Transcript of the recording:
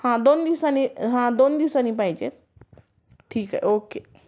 हां दोन दिवसांनी हां दोन दिवसांनी पाहिजे आहेत ठीक आहे ओके